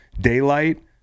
Daylight